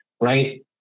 right